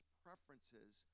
preferences